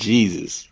Jesus